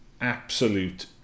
absolute